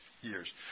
years